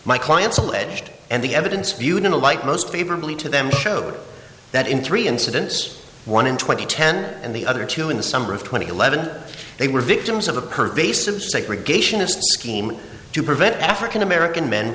my clients alleged and the evidence viewed in a light most favorably to them showed that in three incidents one in twenty ten and the other two in the summer of two thousand and eleven they were victims of a pervasive segregationist scheme to prevent african american men